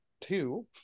two